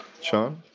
Sean